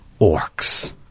orcs